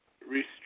restrict